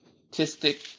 statistic